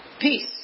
Peace